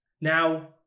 Now